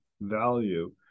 value